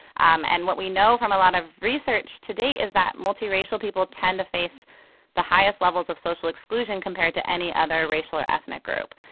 um and what we know from a lot of research to date is that multiracial people tend to face the highest levels of social exclusion compared to any other racial or ethnic group.